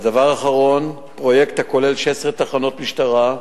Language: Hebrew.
והדבר האחרון, פרויקט הכולל 16 תחנות משטרה,